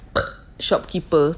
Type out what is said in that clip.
shopkeeper